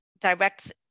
direct